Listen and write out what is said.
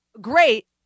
great